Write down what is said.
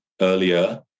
earlier